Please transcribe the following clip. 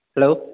hello